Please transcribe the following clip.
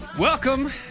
Welcome